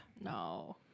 No